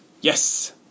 Yes